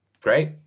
Great